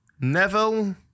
Neville